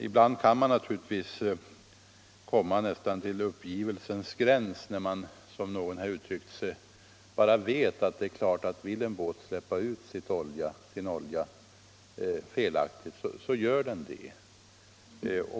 Ibland kan man naturligtvis komma nästan till uppgivelsens gräns när man, som någon här uttryckte sig, bara vet att vill man på en båt släppa ut sin olja felaktigt, så gör man det.